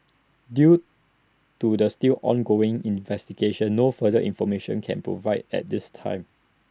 due to the still ongoing investigation no further information can be provided at this time